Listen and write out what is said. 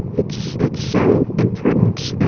it's it's so important.